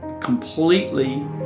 completely